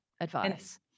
advice